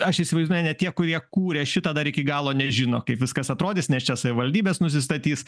aš įsivaizduoju net tie kurie kūrė šitą dar iki galo nežino kaip viskas atrodys nes čia savivaldybės nusistatys